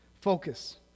Focus